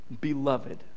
beloved